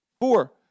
Four